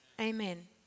Amen